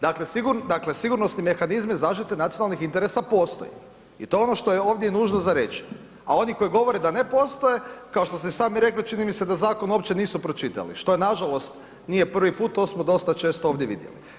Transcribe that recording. Dakle sigurnosni mehanizmi zaštite nacionalnih interesa postoje i to je ono što je ovdje nužno za reći a oni koji govore da ne postoje kao što i sami rekli, čini mi se da zakon uopće nisu pročitali što nažalost nije prvi put, to smo dosta često ovdje vidjeli.